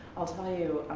i'll tell you,